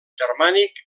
germànic